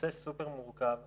נושא סופר מורכב וסבוך.